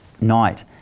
night